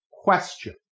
Question